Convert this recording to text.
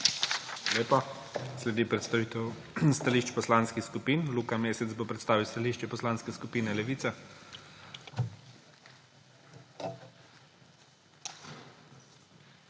lepa. Sledi predstavitev stališč poslanskih skupin. Luka Mesec bo predstavil stališče Poslanske skupine Levica.